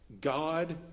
God